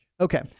Okay